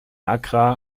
accra